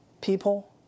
people